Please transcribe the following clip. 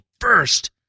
first